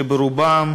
שרובם